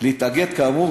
להתאגד כאמור,